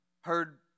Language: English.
heard